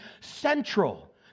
central